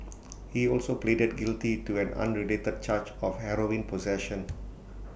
he also pleaded guilty to an unrelated charge of heroin possession